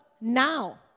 now